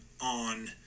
on